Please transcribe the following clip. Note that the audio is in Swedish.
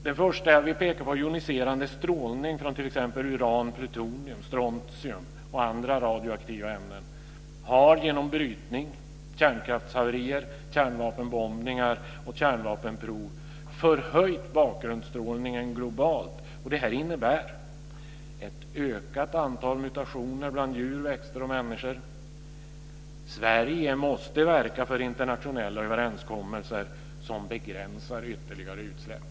Den första som jag vill peka på är joniserande strålning från t.ex. uran, plutonium, strontium och andra radioaktiva ämnen som genom brytning, kärnkraftshaverier, kärnvapenbombningar och kärnvapenprov har förhöjt bakgrundsstrålningen globalt. Det innebär ett öka antal mutationer bland djur, växter och människor. Sverige måste verka för internationella överenskommelser som begränsar ytterligare utsläpp.